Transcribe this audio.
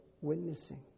witnessing